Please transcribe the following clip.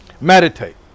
Meditate